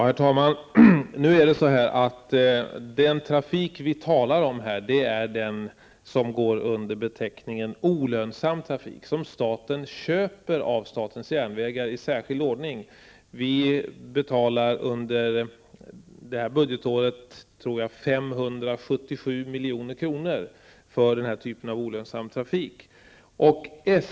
Herr talman! Den trafik vi här talar om är den som går under beteckningen olönsam trafik, den trafik som staten köper av statens järnvägar i särskild ordning. Vi betalar under det här budgetåret 577 milj.kr., tror jag, för den här typen av olönsam trafik.